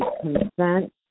consent